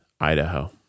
Idaho